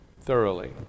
thoroughly